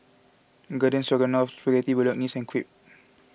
Garden Stroganoff Spaghetti Bolognese Crepe